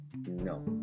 No